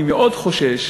אני מאוד חושש